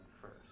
first